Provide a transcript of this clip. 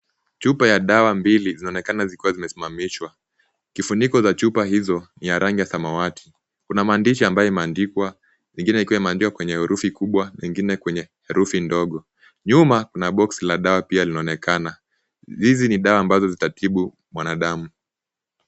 Chupa ya dawa mbili zinaonekana zikiwa zimesimamishwa. Kifuniko za chupa hizo ni ya rangi ya samawati. Kuna maandishi ambayo imeandikwa, ingine ikiwa imeandikwa kwenye herufi kubwa ingine kwenye herufi ndogo. Nyuma kuna box la dawa pia linaonekana. Hizi ni dawa ambazo zitatibu mwanadamu.